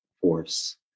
force